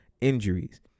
injuries